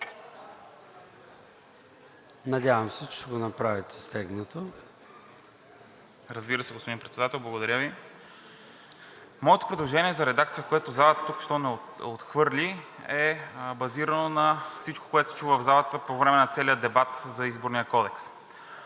СТОЮ СТОЕВ (Продължаваме Промяната): Разбира се, господин Председател. Благодаря Ви. Моето предложение за редакция, което залата току-що отхвърли, е базирано на всичко, което се чува в залата по време на целия дебат за Изборния кодекс.